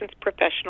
professional